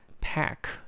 Pack